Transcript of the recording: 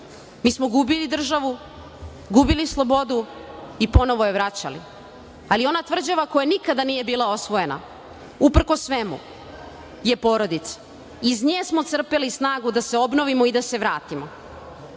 smo gubili državu, slobodu, i ponovo je vraćali, ali ona tvrđava koja nikada nije bila osvojena uprkos svemu je porodica i iz nje smo se crpeli, i snagu da se obnovimo i da se vratimo.I